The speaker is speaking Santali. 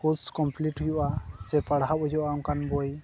ᱠᱳᱨᱥ ᱠᱚᱢᱯᱞᱤᱴ ᱦᱩᱭᱩᱜᱼᱟ ᱥᱮ ᱯᱟᱲᱦᱟᱣ ᱦᱩᱭᱩᱜᱼᱟ ᱚᱱᱠᱟᱱ ᱵᱳᱭ